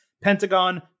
Pentagon